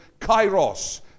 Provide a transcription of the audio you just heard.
Kairos